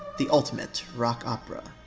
the ultimate rock opera.